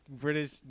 British